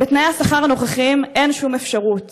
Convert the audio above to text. בתנאי השכר הנוכחיים אין שום אפשרות